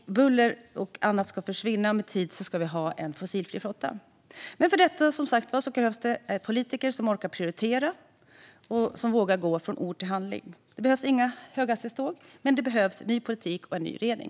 Buller och annat ska försvinna. Med tiden ska vi ha en fossilfri flotta. Men för detta krävs politiker som orkar prioritera och som vågar gå från ord till handling. Det behövs inga höghastighetståg, men det behövs ny politik och en ny regering.